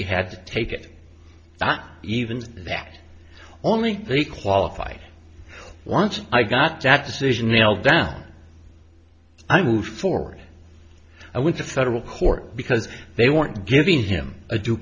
he had to take it that even that only they qualify once i got that decision nailed down i moved forward i went to federal court because they weren't giving him a due